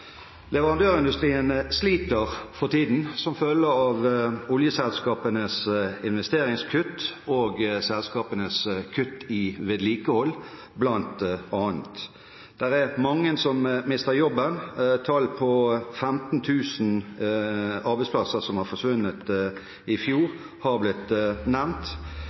Leverandørindustrien sliter for tiden som følge av oljeselskapenes investeringskutt og selskapenes kutt i vedlikehold, bl.a. Det er mange som mister jobben; det har blitt nevnt tall på 15 000 arbeidsplasser som forsvant i fjor.